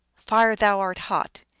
fire, thou art hot,